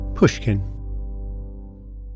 pushkin